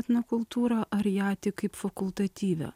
etnokultūrą ar ją tik kaip fakultatyvią